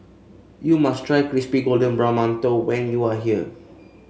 you must try Crispy Golden Brown Mantou when you are here